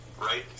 right